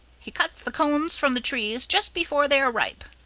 he cuts the cones from the trees just before they are ripe.